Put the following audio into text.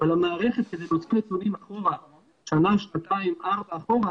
להוציא נתונים שנה, שנתיים, ארבע אחורה,